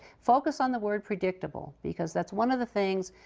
focus on the word predictable because that's one of the things,